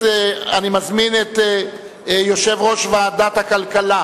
אני קובע שהצעת החוק עברה בקריאה שלישית